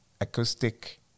acoustic